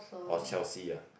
or Chelsea ya